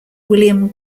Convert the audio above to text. william